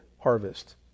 harvest